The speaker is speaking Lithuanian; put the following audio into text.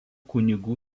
kunigų